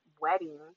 wedding